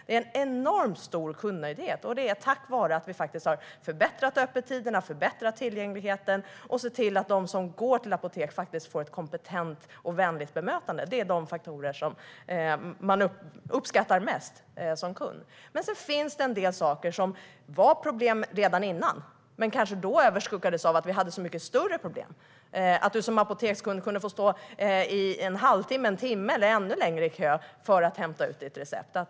Det är en enormt stor kundnöjdhet, och detta tack vare att vi har förbättrat öppettiderna och tillgängligheten. Vi har sett till att de som går till apoteken får ett kompetent och vänligt bemötande. Det är de faktorer som man uppskattar mest som kund. Det finns dock en del saker som det var problem med redan tidigare, men som kanske då överskuggades av att vi hade så mycket större problem. Man kunde som apotekskund få stå i en halvtimme, en timme eller ännu längre i kö för att hämta ut sitt recept.